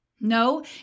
No